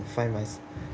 find my